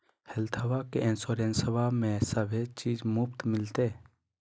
हेल्थबा के इंसोरेंसबा में सभे चीज मुफ्त मिलते?